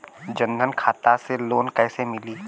जन धन खाता से लोन कैसे मिली?